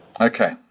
Okay